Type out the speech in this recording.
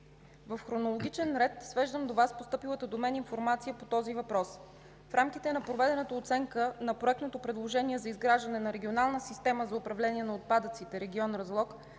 В хронологичен ред свеждам до Вас постъпилата до мен информация по този въпрос. В рамките на проведената оценка на проектното предложение за изграждане на Регионална система за управление на отпадъците – регион Разлог,